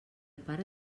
pare